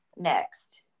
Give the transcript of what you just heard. next